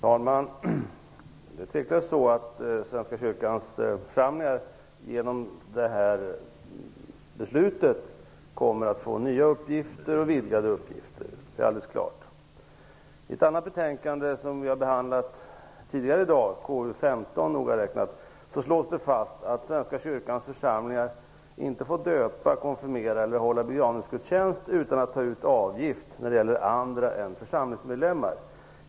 Herr talman! Tveklöst kommer Svenska kyrkan genom det här beslutet att få nya och vidgade uppgifter. Det är alldeles klart. I ett annat betänkande som vi har behandlat tidigare i dag, nämligen KU15, slås fast att Svenska kyrkans församlingar inte får döpa, konfirmera eller hålla begravningsgudstjänst utan att ta ut avgift när det gäller andra än församlingsmedlemmar.